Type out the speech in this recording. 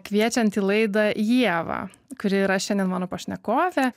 kviečiant į laidą ievą kuri yra šiandien mano pašnekovė